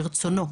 מרצונו.